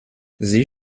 sie